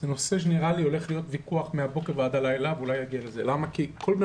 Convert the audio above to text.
זה נושא שנראה לי הולך להיות ויכוח מהבוקר ועד הלילה כי כל בן